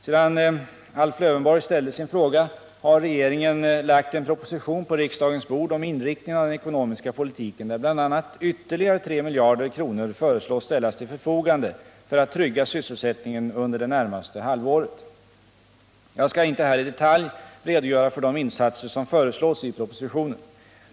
Sedan Alf Lövenborg ställde sin fråga har regeringen lagt en proposition på riksdagens bord om inriktningen av den ekonomiska politiken, där bl.a. ytterligare 3 miljarder kronor föreslås ställas till förfogande för att trygga sysselsättningen under det närmaste halvåret. Jag skall inte här i detalj redogöra för de insatser som föreslås i propositionen.